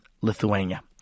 Lithuania